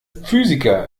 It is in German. physiker